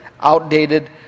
outdated